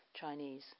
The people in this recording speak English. Chinese